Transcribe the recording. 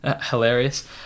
hilarious